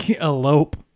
elope